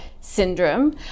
syndrome